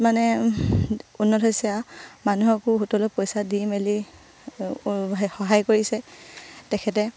মানে উন্নত হৈছে মানুহকো সুতলৈ পইচা দি মেলি সহায় কৰিছে তেখেতে